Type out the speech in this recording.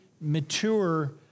mature